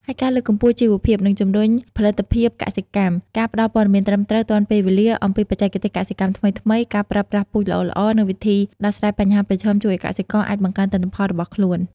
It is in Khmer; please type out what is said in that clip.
ហើយការលើកកម្ពស់ជីវភាព និងជំរុញផលិតភាពកសិកម្ម ការផ្តល់ព័ត៌មានត្រឹមត្រូវទាន់ពេលវេលាអំពីបច្ចេកទេសកសិកម្មថ្មីៗ ការប្រើប្រាស់ពូជល្អៗ និងវិធីដោះស្រាយបញ្ហាប្រឈមជួយឲ្យកសិករអាចបង្កើនទិន្នផលរបស់ខ្លួន។